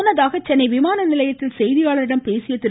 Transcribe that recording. முன்னதாக சென்னை விமானநிலையத்தில் செய்தியாளர்களிடம் பேசிய திரு